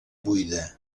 buida